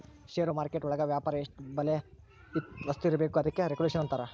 ಷೇರು market ಒಳಗ ವ್ಯಾಪಾರ ಎಷ್ಟ್ ಬೆಲೆ ವಸ್ತು ಇರ್ಬೇಕು ಅದಕ್ಕೆ ರೆಗುಲೇಷನ್ ಅಂತರ